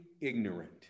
ignorant